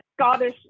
Scottish